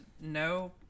no